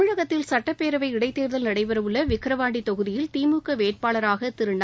தமிழகத்தில் சுட்டப்பேரவை இடைத்தேர்தல் நடைபெறவுள்ள விக்ரவாண்டி தொகுதியில் திமுக வேட்பாளராக திரு நா